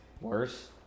Worse